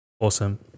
Awesome